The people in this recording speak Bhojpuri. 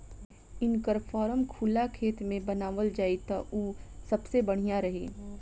इनकर फार्म खुला खेत में बनावल जाई त उ सबसे बढ़िया रही